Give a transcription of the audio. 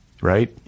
right